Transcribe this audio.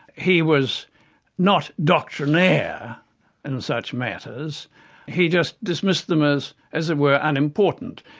he was not doctrinaire in such matters he just dismissed them as, as it were, unimportant.